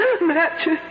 Matches